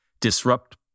disrupt